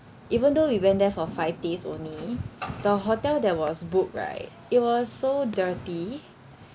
even though we went there for five days only the hotel that was book right it was so dirty